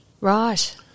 Right